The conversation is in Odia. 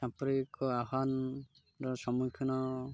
ସାମ୍ପ୍ରତିକ ଆହ୍ୱାନର ସମ୍ମୁଖୀନ